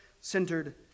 centered